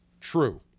true